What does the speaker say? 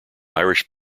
irish